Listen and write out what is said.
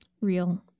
real